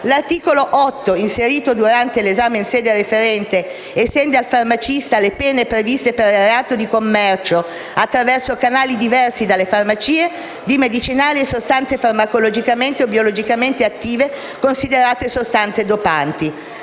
L'articolo 8, inserito durante l'esame in sede referente, estende al farmacista le pene previste per il reato di commercio attraverso canali diversi dalle farmacie di medicinali e sostanze farmacologicamente o biologicamente attive considerati sostanze dopanti.